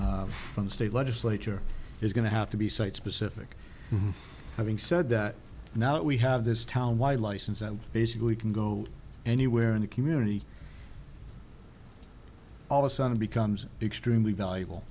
s from the state legislature is going to have to be site specific having said that now we have this town wide license that basically can go anywhere in the community all of a sudden becomes extremely valuable